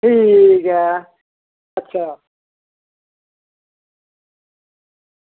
ठीक ऐ अच्छा